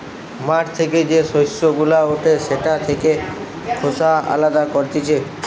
মাঠ থেকে যে শস্য গুলা উঠে সেটা থেকে খোসা আলদা করতিছে